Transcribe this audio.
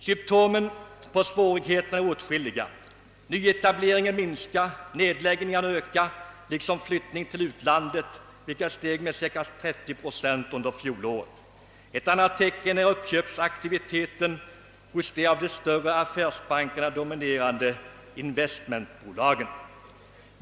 Symtomen på svårigheterna är åtskilliga; nyetableringen minskar, nedläggningarna ökar liksom flyttningar till utlandet, vilka steg med cirka 30 procent under fjolåret. Ett annat tecken är uppköpsaktiviteten hos de av de större affärsbankerna dominerade investmentbolagen.